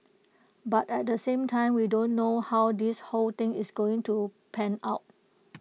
but at the same time we don't know how this whole thing is going to pan out